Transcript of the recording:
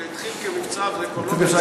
זה התחיל כמבצע, וזה כבר לא מבצע.